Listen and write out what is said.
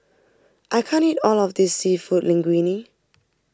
I can't eat all of this Seafood Linguine